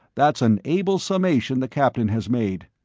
that's an able summation the captain has made,